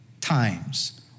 times